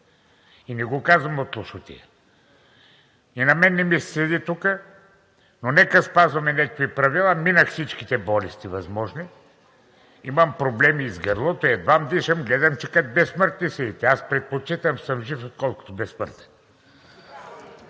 и не Ви го казвам от лошотия. И на мен не ми се седи тук, но нека да спазваме някакви правила. Минах всички възможни болести, имам проблеми и с гърлото, и едва дишам. Гледам, че като безсмъртни седите, а аз предпочитам да съм жив, отколкото безсмъртен!